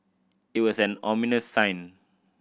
it was an ominous sign